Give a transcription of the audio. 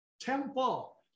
temple